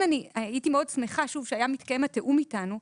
ולכן הייתי מאוד שמחה שהיה מתקיים התיאום איתנו,